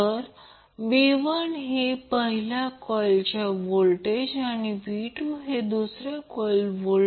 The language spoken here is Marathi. तर हे सर्किटचे पॅरलेल रेसोनन्स असेल